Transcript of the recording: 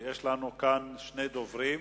יש לנו כאן שני דוברים: